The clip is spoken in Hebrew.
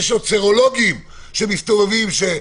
יש עוד סרולוגים שמסתובבים,